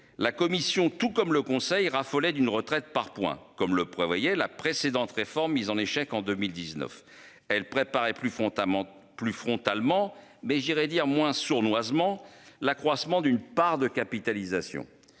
La commission, tout comme le Conseil raffolaient d'une retraite par points, comme le prévoyait la précédente réforme mise en échec en 2019, elle préparait plus frontalement plus frontalement mais j'irai dire moins sournoisement l'accroissement d'une part de capitalisation.